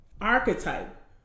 archetype